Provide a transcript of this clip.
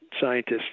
scientists